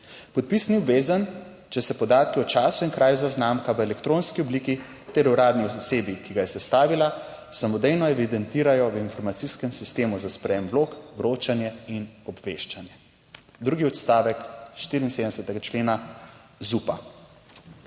Podpis ni obvezen, če se podatki o času in kraju zaznamka v elektronski obliki ter uradni osebi, ki ga je sestavila, samodejno evidentirajo v informacijskem sistemu za sprejem vlog, vročanje in obveščanje." Drugi odstavek 74. člena ZUPa.